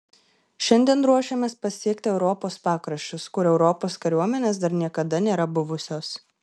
šiandien ruošėmės pasiekti europos pakraščius kur europos kariuomenės dar niekada nėra buvusios